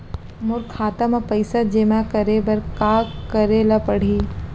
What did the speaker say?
मोर खाता म पइसा जेमा करे बर का करे ल पड़ही?